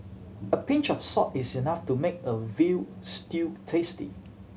a pinch of salt is enough to make a veal stew tasty